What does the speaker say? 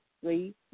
three